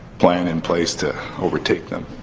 plan in place to overtake them?